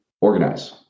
organize